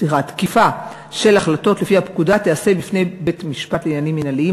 שתקיפה של החלטות לפי הפקודה תיעשה בפני בית-המשפט לעניינים מינהליים,